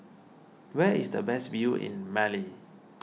where is the best view in Mali